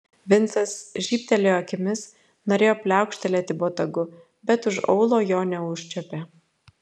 vincas žybtelėjo akimis norėjo pliaukštelėti botagu bet už aulo jo neužčiuopė